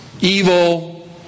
evil